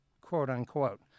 quote-unquote